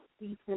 decent